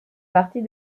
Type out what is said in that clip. partie